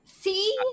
See